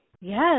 Yes